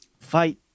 fight